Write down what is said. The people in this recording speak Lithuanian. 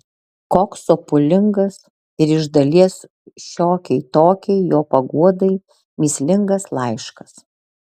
koks sopulingas ir iš dalies šiokiai tokiai jo paguodai mįslingas laiškas